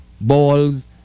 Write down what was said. balls